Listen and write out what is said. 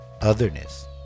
Otherness